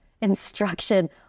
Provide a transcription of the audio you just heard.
instruction